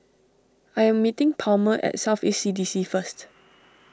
I am meeting Palmer at South East C D C first